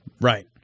Right